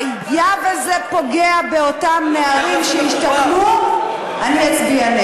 חברת הכנסת אורלי אבקסיס,